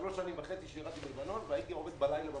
שלוש וחצי שנים שירתי בלבנון ובלילה עבדתי במאפייה.